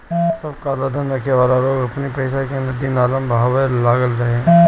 सब कालाधन रखे वाला लोग अपनी पईसा के नदी नाला में बहावे लागल रहे